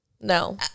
No